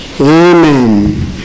Amen